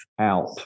out